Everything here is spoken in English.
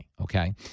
okay